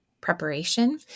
preparation